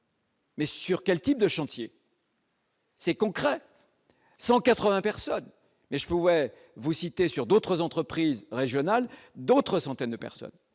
Mais sur quels types de chantiers. C'est concret 180 personnes mais je pourrais vous citer sur d'autres entreprises régionales, d'autres centaines de personnes,